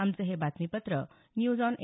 आमचं हे बातमीपत्र न्यूज ऑन ए